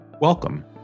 Welcome